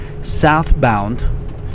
southbound